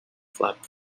flap